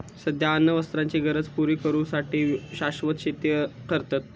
सध्या अन्न वस्त्राचे गरज पुरी करू साठी शाश्वत शेती करतत